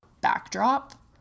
backdrop